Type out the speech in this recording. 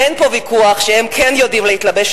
ואין פה ויכוח שהם כן יודעים להתלבש,